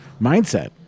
mindset